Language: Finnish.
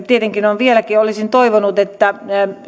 tietenkin toivonut että